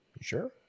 sure